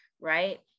right